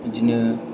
बिदिनो